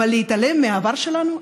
אבל להתעלם מהעבר שלנו?